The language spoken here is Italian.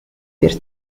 per